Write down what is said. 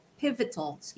pivotal